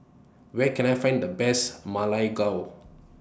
Where Can I Find The Best Ma Lai Gao